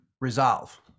resolve